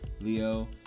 Leo